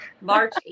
March